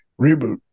reboot